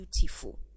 beautiful